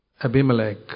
Abimelech